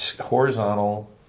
Horizontal